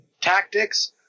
tactics